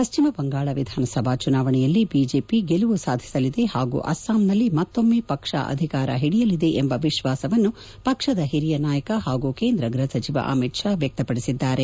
ಪಶ್ಚಿಮ ಬಂಗಾಳ ವಿಧಾನಸಭಾ ಚುನಾವಣೆಯಲ್ಲಿ ಬಿಜೆಪಿ ಗೆಲುವು ಸಾಧಿಸಲಿದೆ ಹಾಗೂ ಅಸ್ಟಾಂನಲ್ಲಿ ಮತ್ತೊಮ್ಮೆ ಪಕ್ಷ ಅಧಿಕಾರ ಹಿಡಿಯಲಿದೆ ಎಂಬ ವಿಶ್ವಾಸವನ್ನು ಪಕ್ಷದ ಹಿರಿಯ ನಾಯಕ ಹಾಗೂ ಕೇಂದ್ರ ಗ್ಬಹ ಸಚಿವ ಅಮಿತ್ ಶಾ ವ್ಯಕ್ತಪದಿಸಿದ್ದಾರೆ